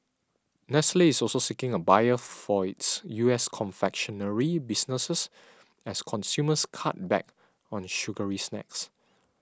Nestle is also seeking a buyer for its U S confectionery businesses as consumers cut back on sugary snacks